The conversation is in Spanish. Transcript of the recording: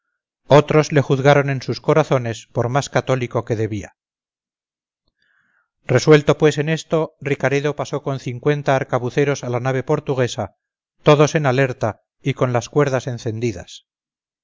otros le juzgaron en sus corazones por más cathólico que debía resuelto pues en esto ricaredo pasó con cincuenta arcabuceros a la nave portuguesa todos en alerta y con las cuerdas encendidas